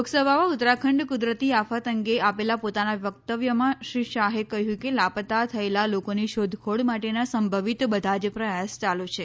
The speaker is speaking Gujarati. લોકસભામાં ઉત્તરાખંડ ક્રદરતી આફત અંગે આપેલા પોતાનાં વકતવ્યમાં શ્રી શાહે કહ્યું કે લાપતાં થયેલાં લોકોની શોધખોળ માટેનાં સંભવિત બધા જ પ્રયાસ યાલુ છે